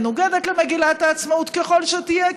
מנוגדת למגילת העצמאות ככל שתהיה,